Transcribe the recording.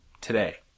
today